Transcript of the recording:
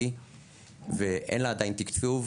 ואין לה עדיין תקצוב.